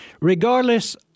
Regardless